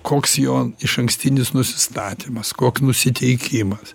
koks jo išankstinis nusistatymas koks nusiteikimas